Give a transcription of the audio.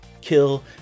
kill